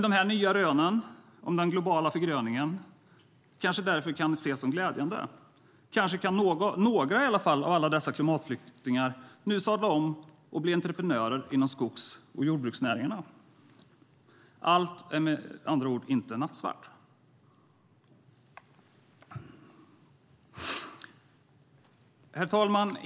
De nya rönen om den globala förgröningen kan kanske därför ses som glädjande. Kanske kan i varje fall några av alla dessa klimatflyktingar nu sadla om och bli entreprenörer inom skogs och jordbruksnäringarna. Allt är med andra ord inte nattsvart. Herr talman!